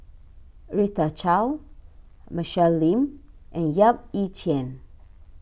Rita Chao Michelle Lim and Yap Ee Chian